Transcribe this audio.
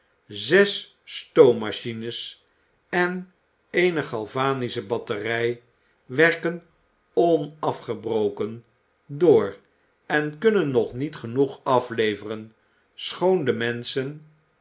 zes stoommachines en eene galvanische batterij werken onafgebroken door en kunnen nog niet genoeg afleveren schoon de menschen